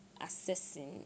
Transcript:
assessing